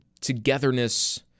togetherness